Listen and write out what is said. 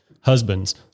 Husbands